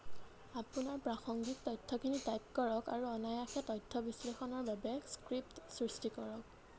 আপোনাৰ প্ৰাসংগিক তথ্যখিনি টাইপ কৰক আৰু অনায়াসে তথ্য বিশ্লেষণৰ বাবে স্ক্ৰিপ্ট সৃষ্টি কৰক